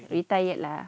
retired lah